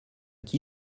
qui